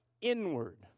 inward